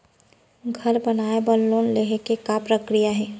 घर बनाये बर लोन लेहे के का प्रक्रिया हे?